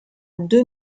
deux